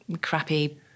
crappy